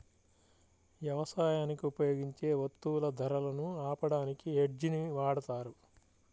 యవసాయానికి ఉపయోగించే వత్తువుల ధరలను ఆపడానికి హెడ్జ్ ని వాడతారు